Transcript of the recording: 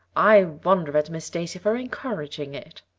i wonder at miss stacy for encouraging it.